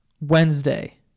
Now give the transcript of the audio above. Wednesday